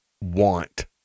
want